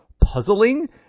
puzzling